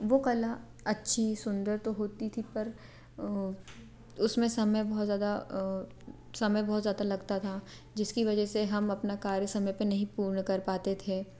वो कला अच्छी सुंदर तो होती थी पर उस में समय बहुत ज़्यादा समय बहुत ज़्यादा लगता था जिसकी वजह से हम अपना कार्य समय पे नहीं पूर्ण कर पाते थे